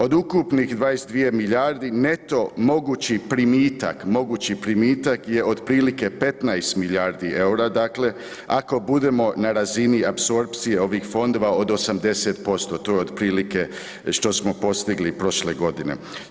Od ukupnih 22 milijarde neto mogući primitak je otprilike 15 milijardi eura, dakle ako budemo na razini apsorpcije ovih fondova od 80%, to je otprilike što smo postigli prošle godine.